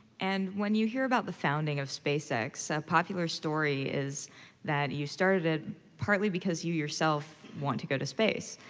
and when you hear about the founding of spacex, ah a so popular story is that you started it partly because you, yourself, want to go to space.